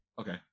Okay